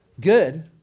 good